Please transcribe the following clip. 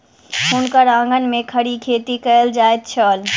हुनकर आंगन में खड़ी खेती कएल जाइत छल